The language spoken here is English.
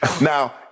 Now –